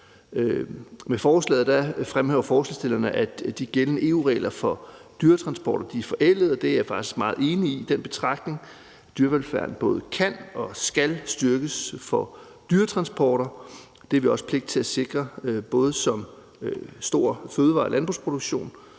Med forslaget fremhæver forslagsstillerne, at de gældende EU-regler for dyretransporter er forældede, og den betragtning er jeg faktisk meget enig i. Dyrevelfærden både kan og skal styrkes for dyretransporter. Det har vi også pligt til at sikre, både som land med en stor fødevare- og landbrugsproduktion